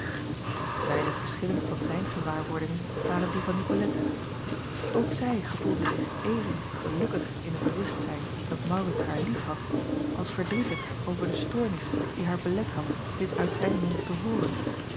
einig verschillend van zijne gewaarwordingen waren die van icolette ok zij gevoelde zich even gelukkig in het bewustzijn dat aurits haar liefhad als verdrietig over de stoornis die haar belet had dit uit zijn mond te hooren